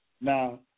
Now